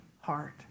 heart